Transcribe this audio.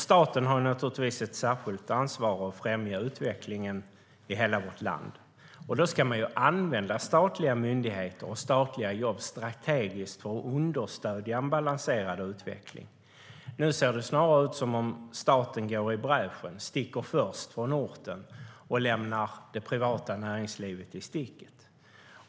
Staten har naturligtvis ett särskilt ansvar att främja utvecklingen i hela vårt land. Då ska man använda statliga myndigheter och statliga jobb strategiskt, för att understödja en balanserad utveckling. Nu ser det snarare ut som att staten går i bräschen - att man sticker först från orten och lämnar det privata näringslivet i sticket.